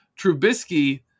Trubisky